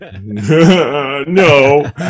No